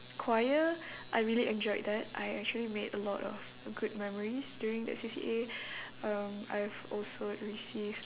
choir I really enjoyed that I actually made a lot of good memories during that C_C_A um I've also received